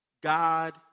God